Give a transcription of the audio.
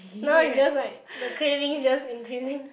now it's just like the cravings just increasing